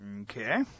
Okay